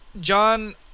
John